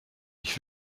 ich